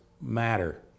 matter